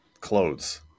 clothes